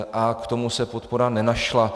A k tomu se podpora nenašla.